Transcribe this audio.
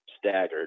Staggered